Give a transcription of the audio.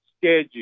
schedule